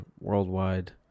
Worldwide